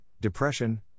depression